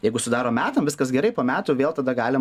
jeigu sudaroe metam viskas gerai po metų vėl tada galim